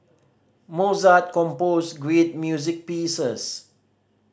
Mozart composed great music pieces